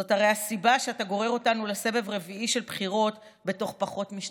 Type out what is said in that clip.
זאת הרי הסיבה שאתה גורר אותנו לסבב רביעי של בחירות בתוך פחות משנתיים.